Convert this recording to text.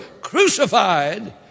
crucified